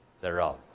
thereof